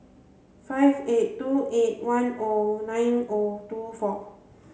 five eight two eight one O nine O two four